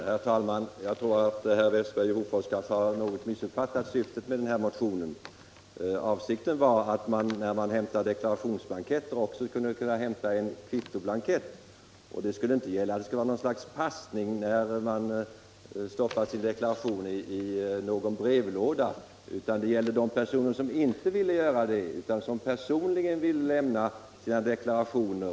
Herr talman! Jag tror att herr Westberg i Hofors något missuppfattat syftet med vår motion. Avsikten var att man när man hämtar deklarationsblanketter också skulle kunna få en kvittoblankett. Det skulle inte krävas någon passning i samband med att blanketterna stoppas i brevlådan utan kvittot skulle vara till för personer som själva vill lämna sina deklarationer.